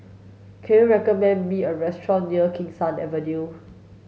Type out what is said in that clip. can you recommend me a restaurant near Kee Sun Avenue